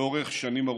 לאורך שנים ארוכות.